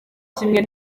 kimwe